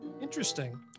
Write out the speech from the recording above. Interesting